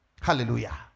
Hallelujah